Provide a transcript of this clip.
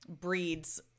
breeds